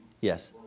Yes